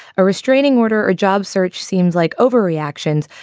a restraining order or a job search seems like overreactions,